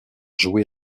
joué